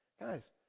Guys